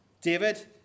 David